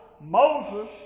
Moses